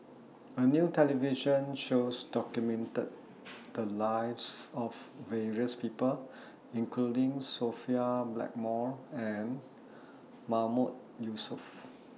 A New television shows documented The Lives of various People including Sophia Blackmore and Mahmood Yusof